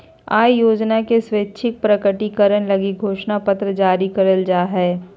आय योजना के स्वैच्छिक प्रकटीकरण लगी घोषणा पत्र जारी करल जा हइ